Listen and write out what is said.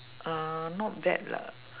uh not bad lah